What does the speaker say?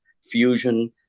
fusion